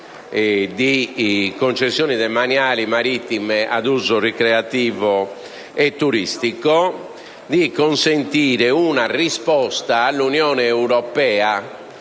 di concessioni demaniali marittime a uso ricreativo e turistico, di consentire una risposta all'Unione europea